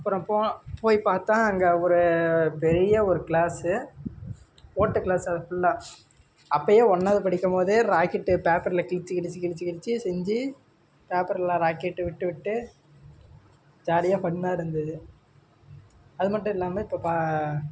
அப்புறம் போய் பார்த்தா அங்க ஒரு பெரிய ஒரு கிளாஸு ஓட்டை கிளாஸ் அது ஃபுல்லாக அப்பவே ஒன்னாவது படிக்கும்போதே ராக்கெட்டு பேப்பரில் கிழித்து கிழித்து கிழித்து கிழித்து செஞ்சு பேப்பரில் ராக்கெட்டு விட்டு விட்டு ஜாலியாக ஃபன்னாக இருந்தது அது மட்டும் இல்லாமல் இப்போ